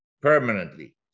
permanently